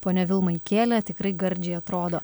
pone vilma įkėlė tikrai gardžiai atrodo